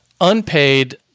unpaid